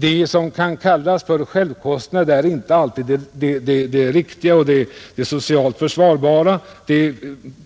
Det som kan kallas självkostnad är inte alltid det riktiga och det socialt försvarbara, det